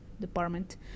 department